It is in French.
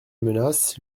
menace